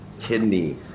kidney